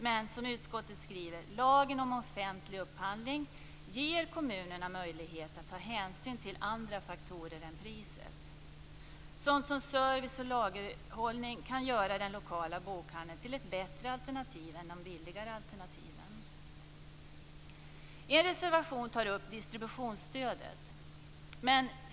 Men utskottet skriver: Lagen om offentlig upphandling ger kommunerna möjlighet att ta hänsyn till andra faktorer än priset. Sådant som service och lagerhållning kan göra den lokala bokhandeln till ett bättre alternativ än de billigare alternativen. I en reservation tar man upp distributionsstödet.